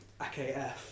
AKF